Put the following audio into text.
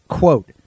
quote